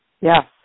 Yes